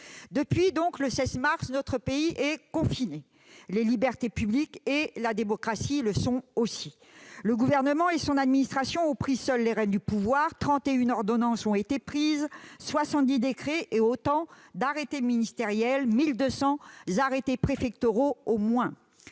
Depuis le 16 mars, notre pays est confiné. Les libertés publiques et la démocratie le sont aussi. Le Gouvernement et son administration ont pris seuls les rênes du pouvoir : ont été pris 31 ordonnances, 70 décrets, autant d'arrêtés ministériels et au moins 1 200 arrêtés préfectoraux. Action